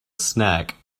snack